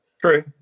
True